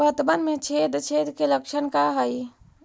पतबन में छेद छेद के लक्षण का हइ?